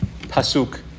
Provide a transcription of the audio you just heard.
pasuk